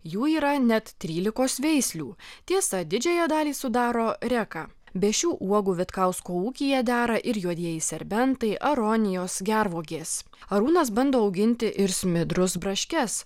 jų yra net trylikos veislių tiesa didžiąją dalį sudaro reka be šių uogų vitkausko ūkyje dera ir juodieji serbentai aronijos gervuogės arūnas bando auginti ir smidrus braškes